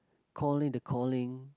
call it the calling